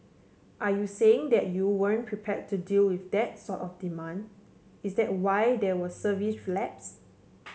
are you saying that you weren't prepare to deal with that sort of demand is there why there were service lapses